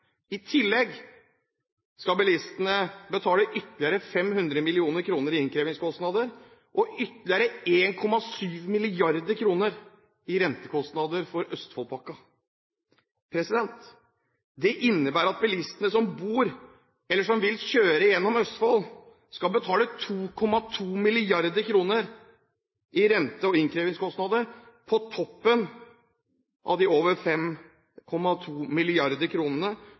I tillegg skal bilistene betale ytterligere 500 mill. kr i innkrevingskostnader og ytterligere 1,7 mrd. kr i rentekostnader for Østfoldpakka. Det innebærer at bilistene som bor eller som vil kjøre gjennom Østfold, skal betale 2,2 mrd. kr i rente- og innkrevingskostnader på toppen av de over 5,2